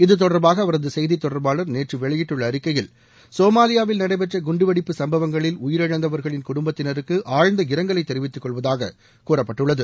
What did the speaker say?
இது தொடர்பாக அவரது செய்தி தொடர்பாள நேற்று வெளியிட்டுள்ள அறிக்கையில் சோமாலியாவில் நடைபெற்ற குண்டுவெடிப்பு சம்பவங்களில் உயிரிழந்தவர்களின் குடும்பத்தினருக்கு ஆழ்ந்த இரங்கலை தெரிவித்துக் கொள்வதாக கூறப்பட்டுள்ளது